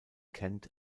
kent